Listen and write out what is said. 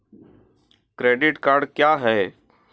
Credit card क्या है?